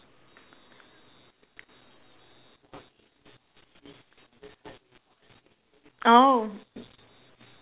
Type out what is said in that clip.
oh